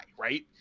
right